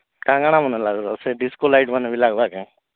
କାଁଣ କାଁଣ ମାନ ଲାଗିବ ସେ ଡିସ୍କୋ ଲାଇଟ୍ ମାନ ବି ଲାଗ୍ବା କେ